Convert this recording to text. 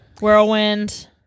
whirlwind